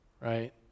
right